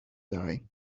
die